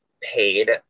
paid